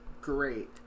great